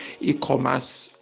e-commerce